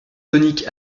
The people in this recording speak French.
tonique